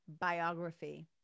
biography